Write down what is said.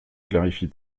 clarifie